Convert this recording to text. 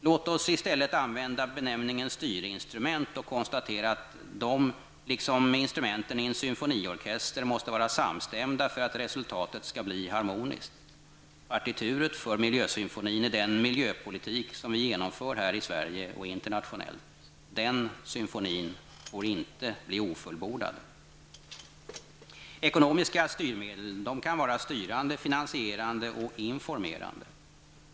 Låt oss i stället använda benämningen styrinstrument och konstatera att de -- liksom instrumenten i en symfoniorkester -- måste vara samstämda för att resultatet skall bli harmoniskt. Partituret för miljösymfonin är den miljöpolitik som vi genomför här i Sverige och internationellt. Den symfonin får inte bli ofullbordad. Ekonomiska styrmedel kan vara styrande, finansierande och informerande.